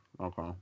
Okay